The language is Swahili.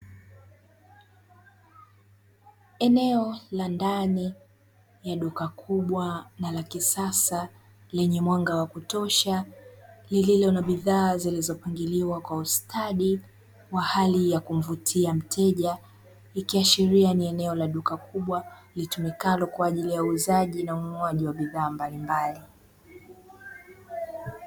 Eneo la ndani ya duka kubwa na la kisasa lenye mwanga wa kutosha lililo na bidhaa zilizopangiliwa kwa ustadi wa hali ya kumvutia mteja, ikiashiria ni eneo la duka kubwa litumikalo kwa ajili ya uuzaji na ununuaji wa bidhaa mbalimbali.